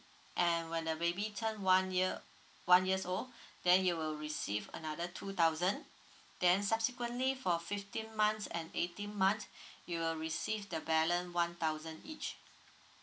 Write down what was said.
and when the baby turn one year one years old then you will receive another two thousand then subsequently for fifteen months and eighteen months you will receive the balance one thousand each